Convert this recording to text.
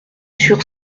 sur